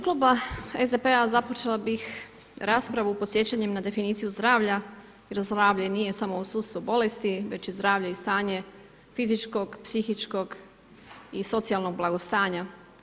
U ime Kluba SDP-a započela bi raspravu podsjećanjem na definiciju zdravlja, jer zdravlja nije samo u sustavu bolesti, već je zdravlje i stanje, fizičkog, psihičkog i socijalnog blagostanja.